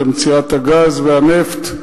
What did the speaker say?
זה מציאת הגז והנפט.